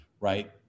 right